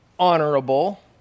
Honorable